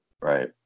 Right